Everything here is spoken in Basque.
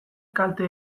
kalte